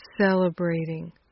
celebrating